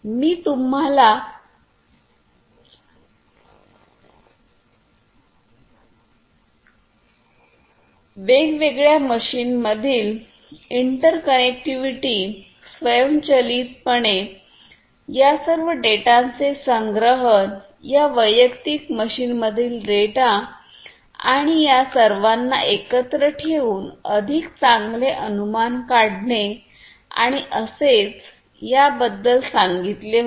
मी तुम्हाला वेगवेगळ्या मशीन्समधील इंटरकनेक्टिव्हिटी स्वयंचलितपणे या सर्व डेटाचे संग्रहण या वैयक्तिक मशीनमधील डेटा आणि त्या सर्वांना एकत्र ठेवून अधिक चांगले अनुमान काढणे आणि असेच याबद्दल सांगितले होते